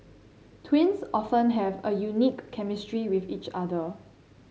twins often have a unique chemistry with each other